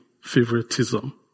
favoritism